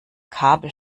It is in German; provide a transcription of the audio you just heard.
kabel